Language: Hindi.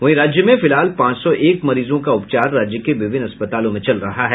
वहीं राज्य में फिलहाल पांच सौ एक मरीजों का उपचार राज्य के विभिन्न अस्पतालों में चल रहा है